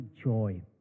joy